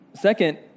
Second